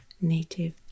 native